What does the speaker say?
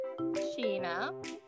sheena